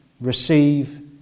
Receive